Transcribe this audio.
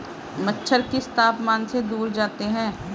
मच्छर किस तापमान से दूर जाते हैं?